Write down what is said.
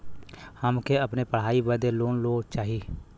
हमके अपने पढ़ाई बदे लोन लो चाही?